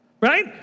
right